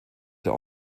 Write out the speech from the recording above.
der